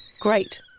Great